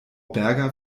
berger